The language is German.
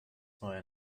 neue